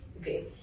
okay